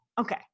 Okay